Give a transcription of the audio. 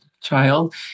child